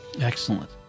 Excellent